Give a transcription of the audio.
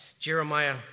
Jeremiah